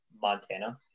Montana